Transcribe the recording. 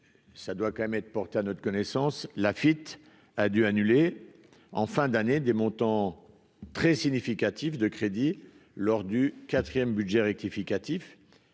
ça doit quand même être portés à notre connaissance, la fuite a dû annuler en fin d'année des montants très significatifs de crédit lors du 4ème budget rectificatif